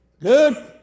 good